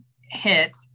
hit